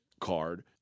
card